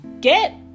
get